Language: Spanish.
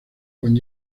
con